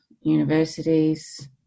universities